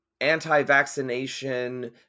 Anti-vaccination